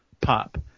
Pop